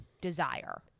desire